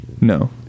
No